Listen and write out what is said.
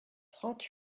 trente